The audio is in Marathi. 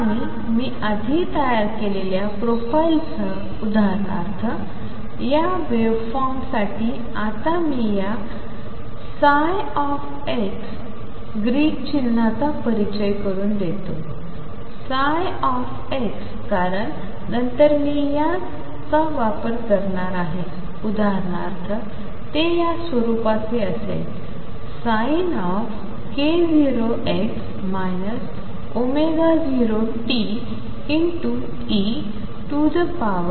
आणि मी आधी तयार केलेल्या प्रोफाइलसह उदाहरणार्थ या वेव्हफॉर्म साठी आता मी या x ग्रीक चिन्हहा चा परिचय करून देतो x कारण नंतर मी याचा वापर करणार आहे उदाहरणार्थ ते या स्वरूपाचे असेल Sink0x 0t e x22